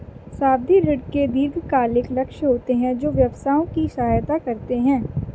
सावधि ऋण के दीर्घकालिक लक्ष्य होते हैं जो व्यवसायों की सहायता करते हैं